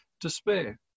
despair